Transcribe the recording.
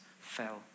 fell